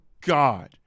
god